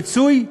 פיצוי?